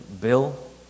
bill